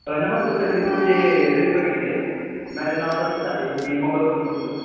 नमस्कार सर मी तुमचे रिस बघितलेले माझं नाव प्रसा साटे आहे मी मुंबईवरून बोलतोय